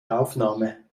aufnahme